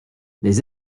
les